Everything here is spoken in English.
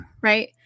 right